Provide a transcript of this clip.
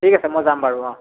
ঠিক আছে মই যাম বাৰু অঁ